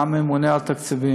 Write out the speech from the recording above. גם עם הממונה על התקציבים,